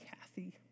Kathy